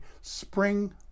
spring